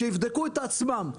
שיבדקו את עצמם.